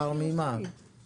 לא, היא רשאית.